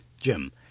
Jim